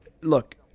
look